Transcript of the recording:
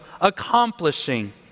accomplishing